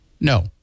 No